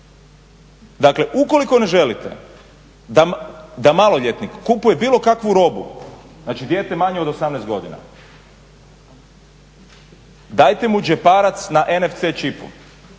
Dakle ukoliko ne želite da maloljetnih kupuje bilo kakvu robu, znači dijete manje od 18 godina, dajte mu džeparac na NFC čipu,